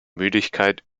müdigkeit